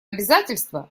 обязательства